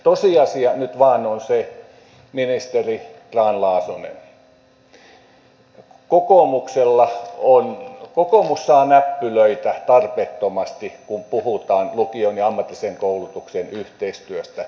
tosiasia nyt vain on se ministeri grahn laasonen että kokoomus saa näppylöitä tarpeettomasti kun puhutaan lukion ja ammatillisen koulutuksen yhteistyöstä